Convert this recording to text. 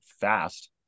fast